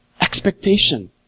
Expectation